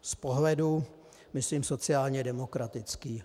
Z pohledu myslím sociálně demokratický.